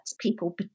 people